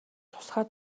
тусгай